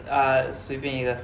uh 随便一个